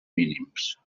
mínims